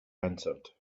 answered